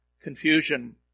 confusion